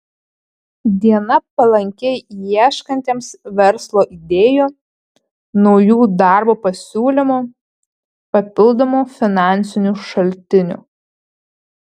diena palanki ieškantiems verslo idėjų naujų darbo pasiūlymų papildomų finansinių šaltinių